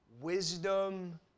wisdom